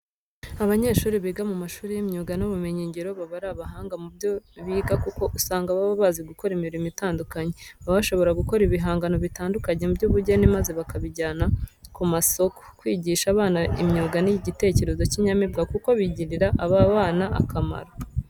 Abanyeshuri biga mu mashuri y'imyuga n'ubumenyingiro baba ari abahanga mu byo biga kuko usanga baba bazi gukora imirimo itandukanye. Baba bashobora gukora ibihangano bitandukanye by'ubugeni maze bakabinjyana ku masiko. Kwigisha abana imyuga ni igitekerezo cy'inyamibwa kuko bigirira aba bana akamaro.